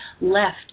left